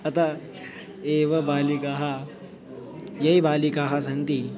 अतः एव बालिकाः ये बालिकाः सन्ति